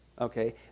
Okay